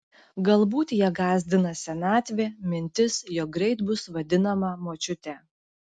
galbūt ją gąsdina senatvė mintis jog greit bus vadinama močiute